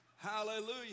Hallelujah